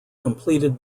completed